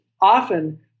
often